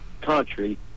country